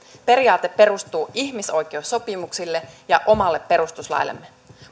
periaate perustuu ihmisoikeussopimuksille ja omalle perustuslaillemme